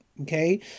Okay